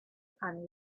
and